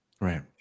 Right